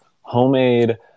homemade